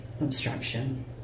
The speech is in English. obstruction